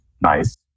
nice